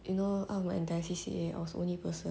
you know out of my entire C_C_A I was only person